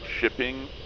Shipping